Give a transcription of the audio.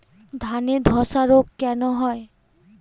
ধানে ধসা রোগ কেন হয়?